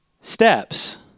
steps